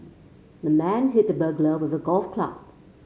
the man hit the burglar with a golf club